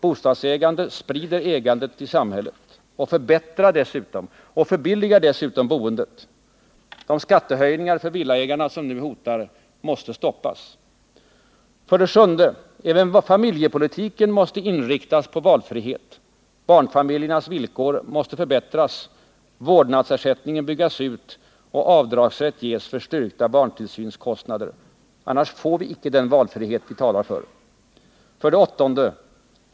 Bostadsägande sprider ägandet i samhället. Det förbättrar och förbilligar dessutom boendet. De skattehöjningar för villaägarna som nu hotar måste stoppas. 7. Även familjepolitiken måste inriktas på valfrihet. Barnfamiljernas villkor måste förbättras, vårdnadsersättningen byggas ut och avdragsrätt ges för styrkta barntillsynskostnader. Annars får vi icke den valfrihet vi talar för. 8.